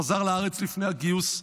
הוא חזר לארץ לפני הגיוס,